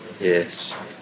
yes